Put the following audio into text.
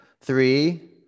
Three